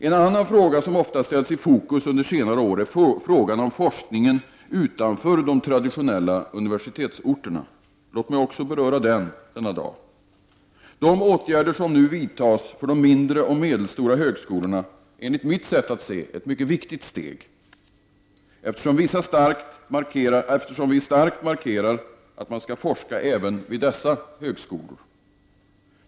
En annan fråga som under senare år ofta har ställts i fokus är frågan om forskningen utanför de traditionella universitetsorterna. Låt mig också i dag beröra den frågan. De åtgärder som nu vidtas för de mindre och medelstora högskolorna är enligt mitt sätt att se ett mycket viktigt steg, eftersom vi starkt markerar att man skall forska även vid dessa högskolor.